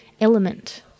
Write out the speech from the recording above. element